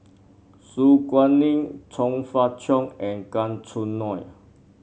Su Guaning Chong Fah Cheong and Gan Choo Neo